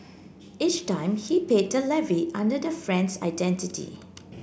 each time he paid the levy under the friend's identity